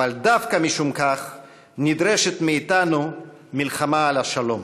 אבל דווקא משום כך נדרשת מאתנו מלחמה על השלום.